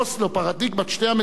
פרדיגמת שתי המדינות,